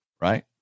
right